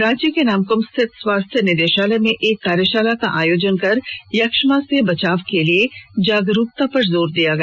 रांची के नामकुम स्थित स्वास्थ्य निदेशालय में एक कार्यशाला का आयोजन कर यक्ष्मा से बचाव के लिए जागरूकता पर जोर दिया गया